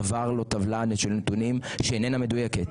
עברה לו טבלה של נתונים שאיננה מדויקת,